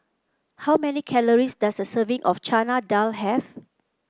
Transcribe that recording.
how many calories does a serving of Chana Dal have